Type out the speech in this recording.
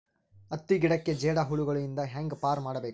ಹತ್ತಿ ಗಿಡಕ್ಕೆ ಜೇಡ ಹುಳಗಳು ಇಂದ ಹ್ಯಾಂಗ್ ಪಾರ್ ಮಾಡಬೇಕು?